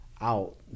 out